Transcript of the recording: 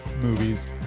movies